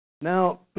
Now